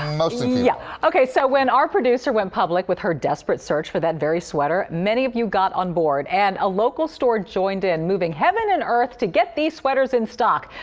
mostly yeah female. so when our producer went public with her desperate search for that very sweater, many of you got on board and a local store joined in, moving heaven and earth to get these sweaters in stock.